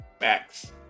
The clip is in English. Max